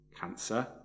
Cancer